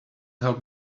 help